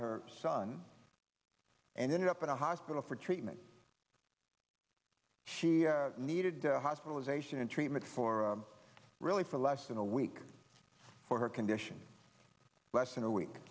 her son and ended up in a hospital for treatment she needed hospitalization and treatment for really for less than a week for her condition less than a